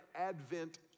Advent